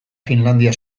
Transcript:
finlandia